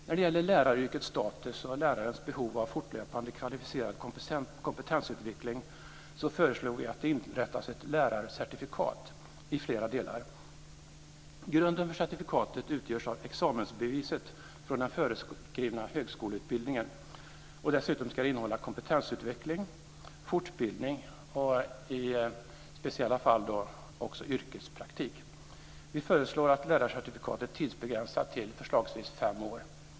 När det gäller läraryrkets status och lärarens behov av fortlöpande kvalificerad kompetensutveckling föreslår vi att det inrättas ett lärarcertifikat i flera delar. Grunden för certifikatet utgörs av examensbeviset från den föreskrivna högskoleutbildningen. Dessutom ska det innehålla kompetensutveckling, fortbildning och i speciella fall även yrkespraktik. Vi föreslår att lärarcertifikatet tidsbegränsas till förslagsvis fem år.